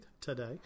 today